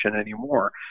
anymore